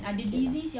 ya